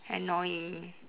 annoying